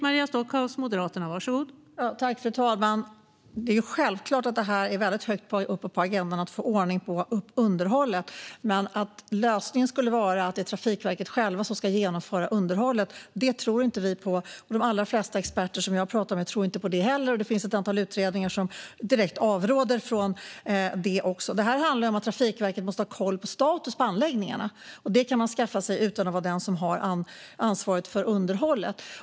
Fru talman! Det är självklart att det är högt upp på agendan att få ordning på underhållet. Men att lösningen skulle vara att det är Trafikverket självt som ska genomföra underhållet tror vi inte på. De allra flesta experter som jag har pratat med tror inte heller på det, och det finns ett antal utredningar som direkt avråder från det. Det handlar om att Trafikverket måste ha koll på status på anläggningarna, och det kan man skaffa sig utan att vara den som har ansvaret för underhållet.